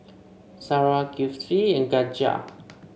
Sarah Kifli and Khatijah